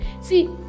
See